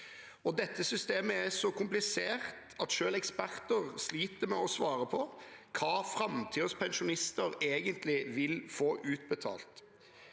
Dette systemet er så komplisert at selv eksperter sliter med å forstå hva framtidens pensjonister vil få utbetalt.